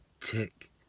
Tick